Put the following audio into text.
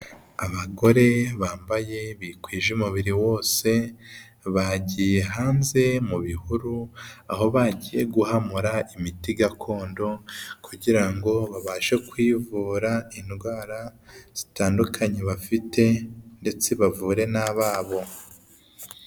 Abagore bambaye bikwije umubiri wose bagiye hanze mu bihuru aho bagiye guhamura imiti gakondo kugira ngo babashe kwivura indwara zitandukanye bafite ndetse bavure n'ababo.